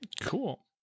Cool